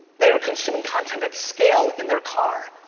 they are consuming content at scale in their car.